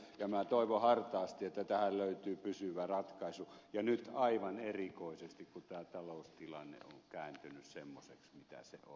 minä toivon hartaasti että tähän löytyy pysyvä ratkaisu ja nyt aivan erikoisesti kun tämä taloustilanne on kääntynyt semmoiseksi mikä se on